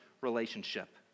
relationship